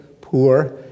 poor